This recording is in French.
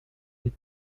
des